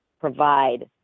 provide